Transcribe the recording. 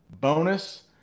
bonus